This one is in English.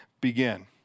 begin